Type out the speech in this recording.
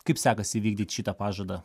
kaip sekasi įvykdyt šitą pažadą